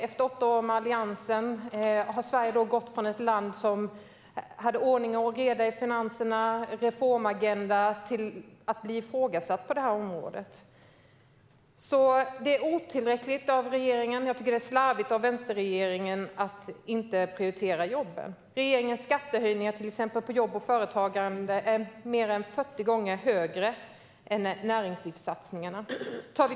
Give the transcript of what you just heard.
Efter åtta år med Alliansen har Sverige gått från att vara ett land med ordning och reda i finanserna och en reformagenda till att bli ifrågasatt på det här området. Det här är otillräckligt av regeringen, och jag tycker att det är slarvigt av vänsterregeringen att inte prioritera jobben. Till exempel är regeringens skattehöjningar på jobb och företagande mer än 40 gånger högre än näringslivssatsningarna.